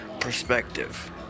Perspective